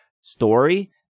story